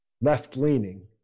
left-leaning